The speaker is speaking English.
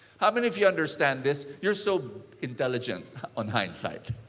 how many of you understand this? you're so intelligent on hindsight.